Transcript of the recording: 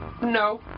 No